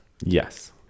Yes